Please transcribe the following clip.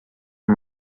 amb